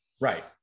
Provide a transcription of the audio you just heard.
right